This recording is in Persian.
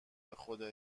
بخدا